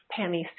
Pammy